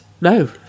no